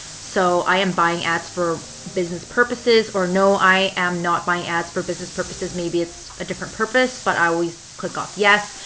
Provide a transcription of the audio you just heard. so i am buying ads for business purposes or no, i am not buying ads for business purposes. maybe it's a different purpose but i always click off yes.